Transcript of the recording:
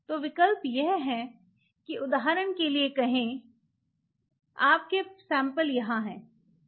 तो विकल्प यह हैं कि उदाहरण के लिए कहें आपका सैंपल यहाँ है